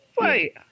Wait